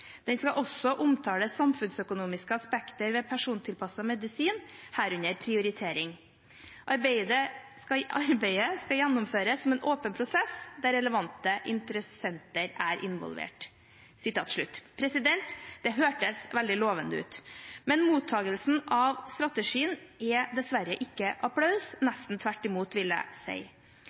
Den skal også omtale samfunnsøkonomiske aspekter ved persontilpasset medisin, herunder prioritering. Arbeidet skal gjennomføres som en åpen prosess der relevante interessenter er involvert.» Det hørtes veldig lovende ut, men mottakelsen av strategien er dessverre ikke applaus, nesten tvert imot, vil jeg si.